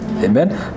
Amen